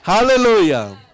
Hallelujah